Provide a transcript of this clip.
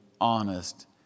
honest